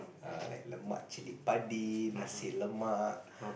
err like lemak chilli padi nasi-lemak